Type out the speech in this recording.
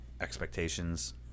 expectations